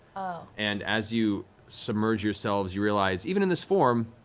and as you submerge yourselves, you realize, even in this form,